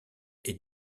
est